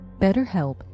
BetterHelp